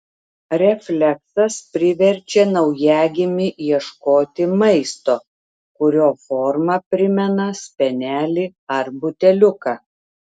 refleksas priverčia naujagimį ieškoti maisto kurio forma primena spenelį ar buteliuką